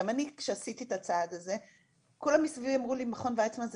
גם אני כשעשיתי את הצעד הזה כל מי שסביבי אמר לי שמכון וייצמן זה